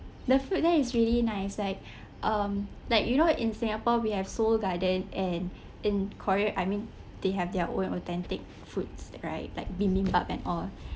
the food there is really nice like um like you know in singapore we have Seoul Garden and in korea I mean they have their own authentic foods right like bibimbap and all